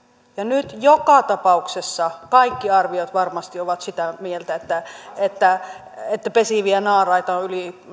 ja nyt joka tapauksessa kaikki arviot varmasti ovat sitä mieltä että että pesiviä naaraita on yli